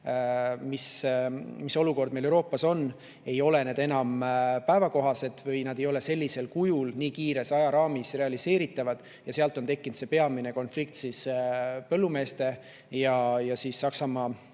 mis meil Euroopas on, ei ole need enam päevakohased või ei ole sellisel kujul nii lühikeses ajaraamis realiseeritavad ja sealt on tekkinud see peamine konflikt põllumeeste ja Saksamaa